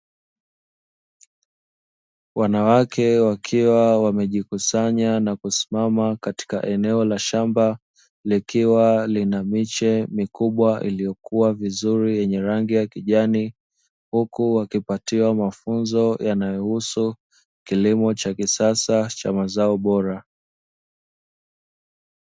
Wanawake wakiwa wamejikusanya na kusimama katika eneo la shamba, likiwa lina miche mikubwa iliyokua vizuri yenye rangi ya kijani. Huku wakipatiwa mafunzo yanayohusu kilimo cha kisasa cha mazao bora.